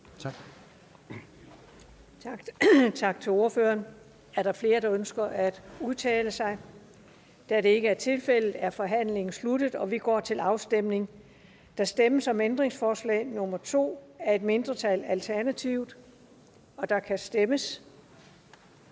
Tak til ordføreren. Er der flere, der ønsker at udtale sig? Da det ikke er tilfældet, er forhandlingen sluttet, og vi går til afstemning. Kl. 21:50 Afstemning Den fg. formand (Karen J. Klint): Der stemmes